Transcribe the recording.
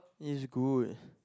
is good